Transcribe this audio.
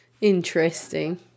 Interesting